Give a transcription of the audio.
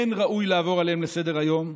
אין ראוי לעבור עליהם לסדר-היום.